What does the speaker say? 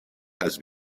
has